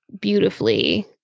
beautifully